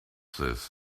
this